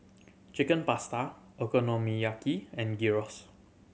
Chicken Pasta Okonomiyaki and Gyros